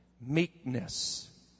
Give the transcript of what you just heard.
Meekness